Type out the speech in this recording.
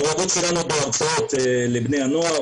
מעורבות שלנו בהרצאות לבני הנוער